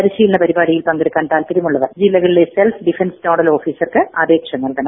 പരിശീലന പരിപാടിയിൽ പങ്കെടുക്കാൻ താത്പര്യമുള്ളവർ ജില്ലകളിലെ സെൽഫ് ഡിഫൻസ് നോഡൽ ഓഫീസർക്ക് അപേക്ഷ നൽകണം